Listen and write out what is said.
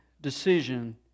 decision